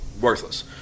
worthless